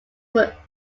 were